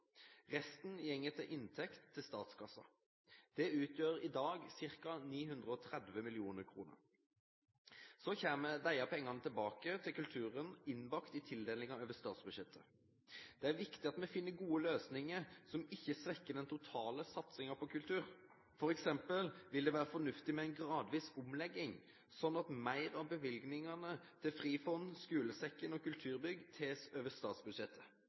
Resten går som inntekt til statskassen. Det utgjør i dag ca. 930 mill. kr. Så kommer disse pengene tilbake til kulturen innbakt i tildelingen over statsbudsjettet. Det er viktig at vi finner gode løsninger som ikke svekker den totale satsingen på kultur. For eksempel vil det være fornuftig med en gradvis omlegging slik at mer av bevilgningene til Frifond, skolesekken og kulturbygg tas over statsbudsjettet.